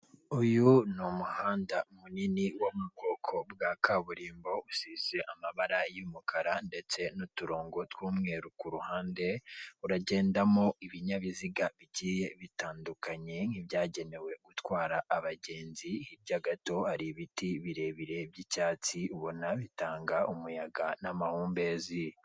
Uyu ni umuhanda munini wo mu bwoko bwa kaburimbo, usize amabara y'umukara ndetse n'uturongo tw'umweru kuhande, uragendamo ibinyabiziga bigiye bitandukanye nk'ibyagenewe gutwara abagenzi, hirya gato hari ibiti birebire by'icyatsi ubona bitanga umuyaga n'amahumbezi.